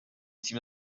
تیم